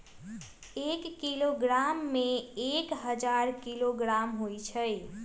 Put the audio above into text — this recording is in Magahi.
एक किलोग्राम में एक हजार ग्राम होई छई